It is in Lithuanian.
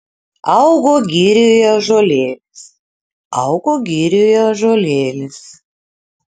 augo girioje ąžuolėlis augo girioje ąžuolėlis